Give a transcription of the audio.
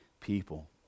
people